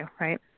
right